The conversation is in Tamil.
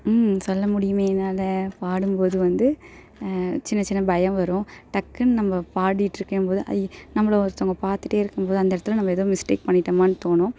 ம் சொல்லமுடியுமே என்னால் பாடும்போது வந்து சின்ன சின்ன பயம் வரும் டக்குன் நம்ம பாடிட்டிருக்கும்போது ஐ நம்மளை ஒருத்தங்க பார்த்துட்டே இருக்கும்போது அந்த இடத்துல நம்ம எதோ மிஸ்டேக் பண்ணிட்டோமானு தோணும்